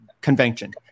convention